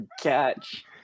catch